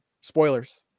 spoilers